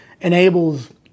enables